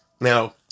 Now